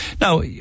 Now